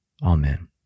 Amen